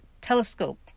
telescope